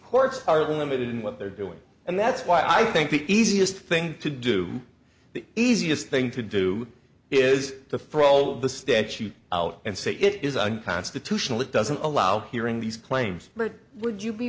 courts are limited in what they're doing and that's why i think the easiest thing to do the easiest thing to do is to throw the statute out and say it is unconstitutional it doesn't allow hearing these claims would you be